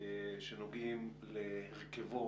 שנוגעים להרכב,